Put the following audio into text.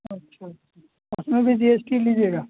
अच्छा उसमें भी जी एस टी लीजिएगा